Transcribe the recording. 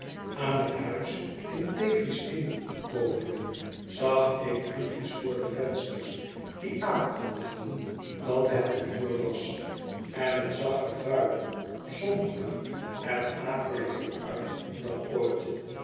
aan het huis inthavies inn komende zag ik briefjes voor de vensters die aankondigden dat het te huur was en het zag er vuiler somberder en akeliger uit dan ooit